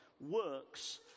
works